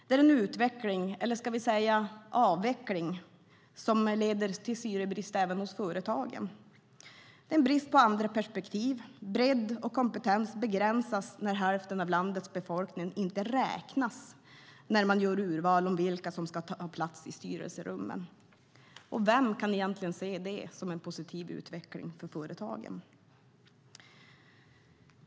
Det är en utveckling - vi kanske ska säga avveckling - som leder till syrebrist även hos företagen. En brist på andra perspektiv, bredd och kompetens begränsar när hälften av landets befolkning inte räknas när man gör urval om vilka som ska ta plats i styrelserummen. Vem kan egentligen se det som en positiv utveckling för företagen?